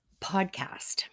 podcast